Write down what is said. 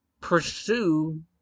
pursue